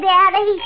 Daddy